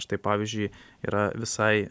štai pavyzdžiui yra visai